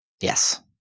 Yes